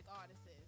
artists